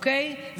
אוקיי?